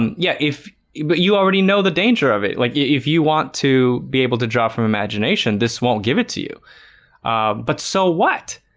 yeah, if but you already know the danger of it like if you want to be able to draw from imagination this won't give it to you but so what?